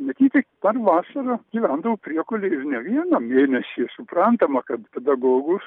matyt ji ten vasarą gyvendavo priekulėj ir ne vieną mėnesį suprantama kad pedagogus